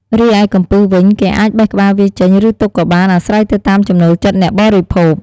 រីឯកំពឹសវិញ គេអាចបេះក្បាលវាចេញ ឬទុកក៏បាន អាស្រ័យទៅតាមចំណូលចិត្តអ្នកបរិភោគ។